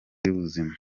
y’ubuzima